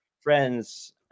friends